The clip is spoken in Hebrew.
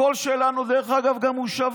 הקול שלנו, דרך אגב, גם הוא שווה.